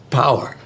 power